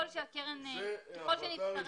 זו החלטה ראשונה.